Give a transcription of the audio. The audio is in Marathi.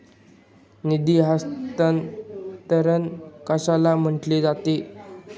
निधी हस्तांतरण कशाला म्हटले जाते?